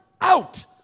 out